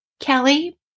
Kelly